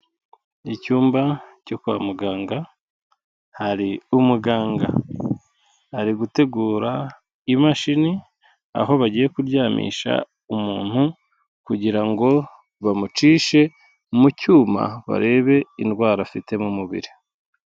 Icyumba cyo kwa muganga hari umuganga, ari gutegura imashini aho bagiye kuryamisha umuntu kugira ngo bamucishe mu cyuma barebe indwara afite mu mubiri.